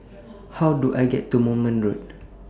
How Do I get to Moulmein Road